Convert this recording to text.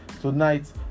tonight